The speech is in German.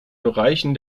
berichten